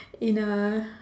in a